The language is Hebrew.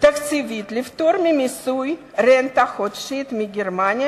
תקציבית לפטור ממיסוי רנטה חודשית מגרמניה